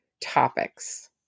topics